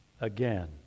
again